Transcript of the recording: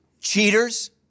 Cheaters